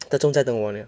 这种在等我了